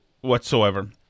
whatsoever